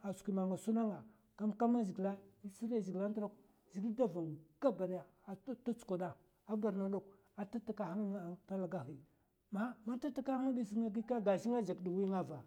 nta skwi man nga suna nga. kam kam zhègila è tsiriya zhègila nt'dok, zhègil da vang duka gabadaya ata tsukwada a borno dok ata takaha nga ng'talaghi. Manta takahan bi nga gikè? Gashi nga jakd wi nga va.